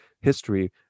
history